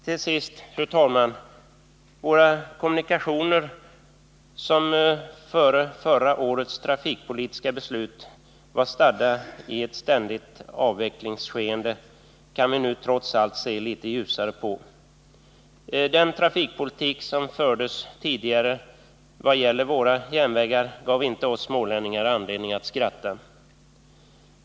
Till sist, fru talman, våra kommunikationer, som före förra årets trafikpolitiska beslut var stadda i ständig avveckling, kan vi nu trots allt se litet ljusare på. Den trafikpolitik som fördes tidigare i vad gäller våra järnvägar gav inte oss smålänningar anledning att skratta.